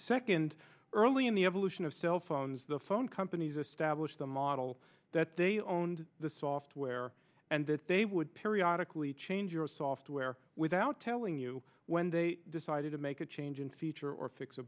second early in the ever lucian of cellphones the phone companies established a model that they owned the software and that they would periodic lee change your software without telling you when they decided to make a change in feature or fix a